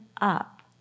up